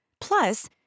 Plus